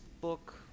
book